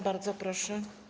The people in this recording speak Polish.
Bardzo proszę.